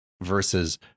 versus